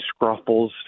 scruffles